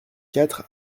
quatre